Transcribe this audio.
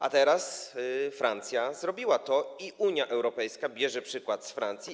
A teraz Francja zrobiła to i Unia Europejska bierze przykład z Francji.